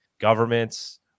governments